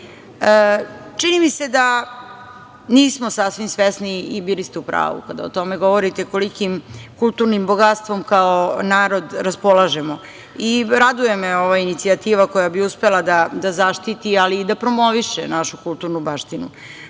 mi se da nismo sasvim svesni, bili ste upravu kada o tome govorite, kolikim kulturnim bogatstvom kao narod raspolažemo. Raduje me ova inicijativa koja bi uspela da zaštiti, ali i da promoviše našu kulturnu